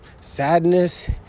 sadness